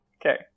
Okay